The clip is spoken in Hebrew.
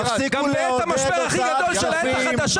גם בעת המשבר הכי גדול של העת החדשה